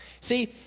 See